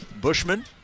Bushman